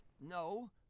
No